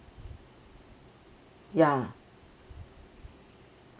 ya